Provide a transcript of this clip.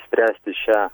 spręsti šią